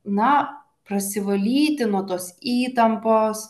na prasivalyti nuo tos įtampos